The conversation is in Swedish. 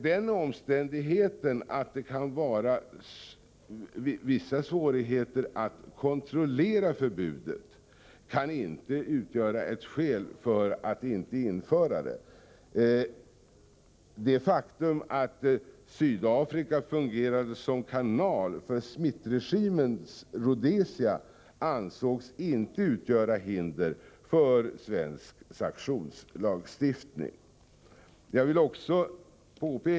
Den omständig heten att det kan vara vissa svårigheter att kontrollera förbudet kan inte utgöra ett skäl för att inte införa det. Det faktum att Sydafrika fungerade som kanal för Smithregimens Rhodesia ansågs inte utgöra hinder för en svensk sanktionslagstiftning.